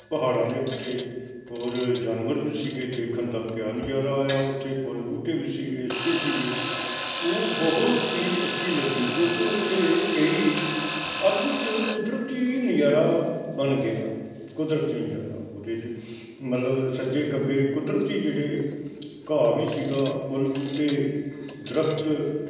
ਪਹਾੜਾਂ ਦੇ ਉੱਤੇ ਹੋਰ ਜਾਨਵਰ ਵੀ ਸੀਗੇ ਦੇਖਣ ਦਾ ਕਿਆ ਨਜ਼ਾਰਾ ਆਇਆ ਉੱਥੇ ਫੁੱਲ ਬੂਟੇ ਵੀ ਸੀਗੇ ਅੱਛੇ ਸੀਗੇ ਉਹ ਬਹੁਤ ਚੀਜ਼ ਅੱਛੀ ਲੱਗੀ ਕਿਉਂਕਿ ਉੱਥੇ ਕਈ ਅਦਭੁੱਤ ਕੁਦਰਤੀ ਨਜ਼ਾਰਾ ਬਣ ਗਿਆ ਕੁਦਰਤੀ ਨਜ਼ਾਰਾ ਉਹਦੇ 'ਤੇ ਮਤਲਬ ਸੱਜੇ ਖੱਬੇ ਕੁਦਰਤੀ ਜਿਹੜੇ ਘਾਹ ਵੀ ਸੀਗਾ ਫੁੱਲ ਬੂਟੇ ਦਰੱਖ਼ਤ